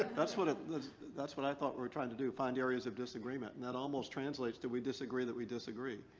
that's what ah it. that's what i thought we were trying to do, find areas of disagreement and that almost translates to we disagree that we disagree.